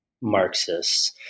Marxists